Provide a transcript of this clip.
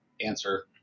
answer